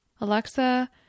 Alexa